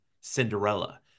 Cinderella